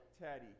Teddy